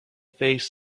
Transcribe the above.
cafe